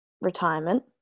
retirement